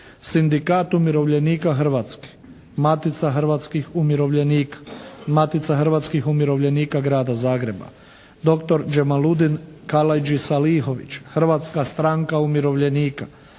Sindikat umirovljenika Hrvatske, Matica hrvatskih umirovljenika, Matica hrvatskih umirovljenika grada Zagreba, doktor Đemaludin Kalajdži Salihović, Hrvatska stranka umirovljenika,